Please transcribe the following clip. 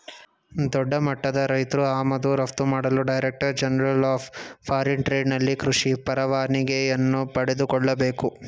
ದೊಡ್ಡಮಟ್ಟದ ರೈತ್ರು ಆಮದು ರಫ್ತು ಮಾಡಲು director general of foreign trade ನಲ್ಲಿ ಕೃಷಿ ಪರವಾನಿಗೆಯನ್ನು ಪಡೆದುಕೊಳ್ಳಬೇಕು